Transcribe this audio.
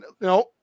No